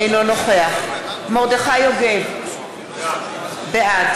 אינו נוכח מרדכי יוגב, בעד